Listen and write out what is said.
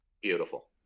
beautiful